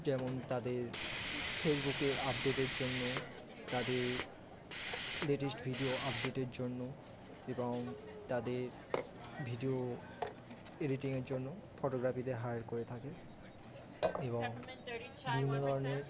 যেমন তাদের ফেসবুকের আপডেটের জন্য তাদের লেটেস্ট ভিডিও আপডেটের জন্য এবং তাদের ভিডিও এডিটিংয়ের জন্য ফটোগ্রাফিদের হায়ার করে থাকে এবং বিভিন্ন ধরনের